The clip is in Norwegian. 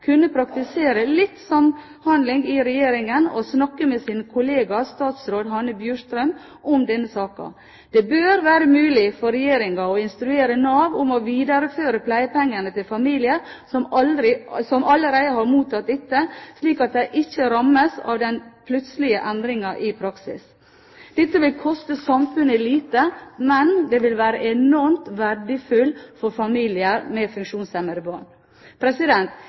kunne praktisere litt samhandling i Regjeringen og snakke med sin kollega statsråd Hanne Bjurstrøm om denne saken. Det bør være mulig for Regjeringen å instruere Nav om å videreføre pleiepengene til familier som allerede har mottatt dette, slik at de ikke rammes av den plutselige endringen i praksis. Dette vil koste samfunnet lite, men det vil være enormt verdifullt for familier med funksjonshemmede barn.